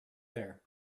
there